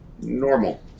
normal